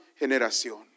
Generación